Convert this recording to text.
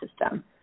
system